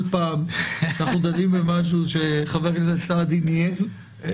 פעם שאנו דנים במשהו שחבר הכנסת סעדי ניהל,